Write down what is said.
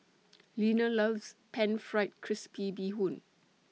Linna loves Pan Fried Crispy Bee Hoon